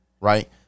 Right